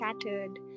scattered